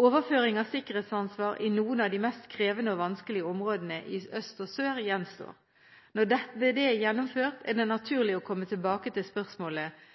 Overføring av sikkerhetsansvar i noen av de mest krevende og vanskelige områdene i øst og sør gjenstår. Når det er gjennomført, er det naturlig å komme tilbake til spørsmålet